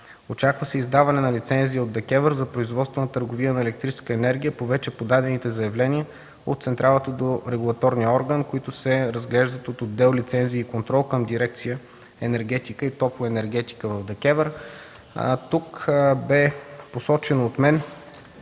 Очаква се издаване на лицензи от ДКЕВР за производство и търговия на електрическа енергия по вече подадените заявления от централата до регулаторния орган, които се разглеждат от отдел „Лицензии и контрол” към Дирекция „Енергетика и топлоенергетика” в ДКЕВР. Тук беше посочена от мен